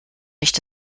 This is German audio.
nicht